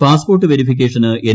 passport വെരിഫിക്കേഷന് N